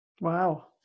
Wow